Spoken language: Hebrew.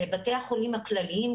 בבתי החולים הכלליים,